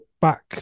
back